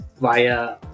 via